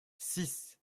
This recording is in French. six